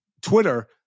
Twitter